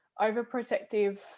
overprotective